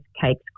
cakes